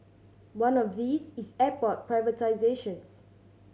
one of these is airport privatisations